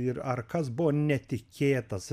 ir ar kas buvo netikėtas